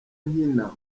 nkina